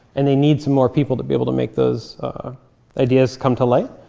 and they need some more people to be able to make those ideas come to life.